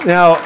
Now